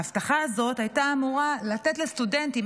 ההבטחה הזאת הייתה אמורה לתת לסטודנטים,